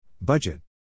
Budget